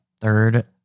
third